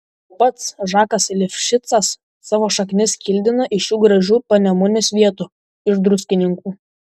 o pats žakas lifšicas savo šaknis kildina iš šių gražių panemunės vietų iš druskininkų